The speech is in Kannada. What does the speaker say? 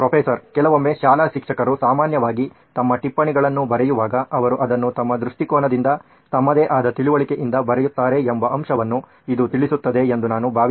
ಪ್ರೊಫೆಸರ್ ಕೆಲವೊಮ್ಮೆ ಶಾಲಾ ಶಿಕ್ಷಕರು ಸಾಮಾನ್ಯವಾಗಿ ತಮ್ಮ ಟಿಪ್ಪಣಿಗಳನ್ನು ಬರೆಯುವಾಗ ಅವರು ಅದನ್ನು ತಮ್ಮ ದೃಷ್ಟಿಕೋನದಿಂದ ತಮ್ಮದೇ ಆದ ತಿಳುವಳಿಕೆಯಿಂದ ಬರೆಯುತ್ತಾರೆ ಎಂಬ ಅಂಶವನ್ನೂ ಇದು ತಿಳಿಸುತ್ತದೆ ಎಂದು ನಾನು ಭಾವಿಸುತ್ತೇನೆ